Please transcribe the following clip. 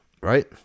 right